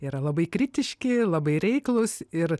yra labai kritiški labai reiklūs ir